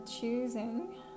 choosing